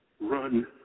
Run